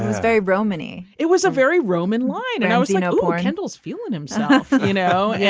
very romani it was a very roman line. and i was you know laura handles few idioms you know yeah